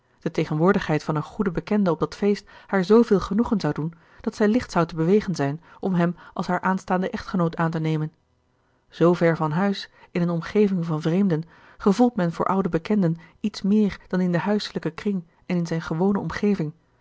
de tegenwoordigheid van een goeden bekende op dat feest haar zveel genoegen zou doen dat zij licht zou te bewegen zijn om hem als haar aanstaanden echtgenoot aan te nemen zoo ver van huis in eene omgeving van vreemden gevoelt men voor oude bekenden iets meer dan in den huiselijken kring en in zijne gewone omgeving